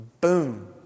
Boom